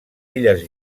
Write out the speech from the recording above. illes